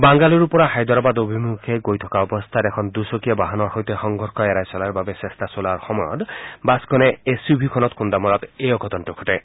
বাংগালুৰুৰ পৰা হায়দৰাবাদ অভিমুখে গৈ থকা অৱস্থাত এখন দুচকীয়া বাহনৰ সৈতে সংঘৰ্ষ এৰাই চলাৰ বাবে চেষ্টা চলোৱাৰ সময়ত বাছখনে এছ ইউ ভিখনত খুন্দা মৰাত এই অঘটনতো ঘটে